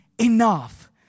enough